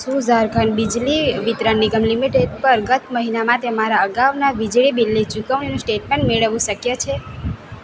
શું ઝારખંડ બિજલી વિતરણ નિગમ લિમિટેડ પર ગત મહિના માટે મારા અગાઉના વીજળી બિલની ચૂકવણીનું સ્ટેટમેન્ટ મેળવવું શક્ય છે